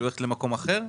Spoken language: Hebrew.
היא הולכת למקום אחר?